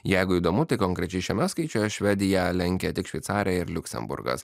jeigu įdomu tai konkrečiai šiame skaičiuje švediją lenkia tik šveicarija ir liuksemburgas